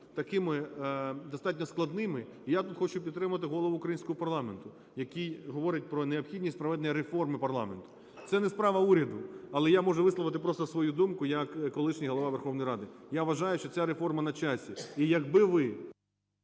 такими достатньо складними, і я тут хочу підтримати Голову українського парламенту, який говорить про необхідність проведення реформи парламенту. Це не справа уряду, але я можу просто висловити свою думку як колишній Голова Верховної Ради. Я вважаю, що ця реформа на часі і якби ви…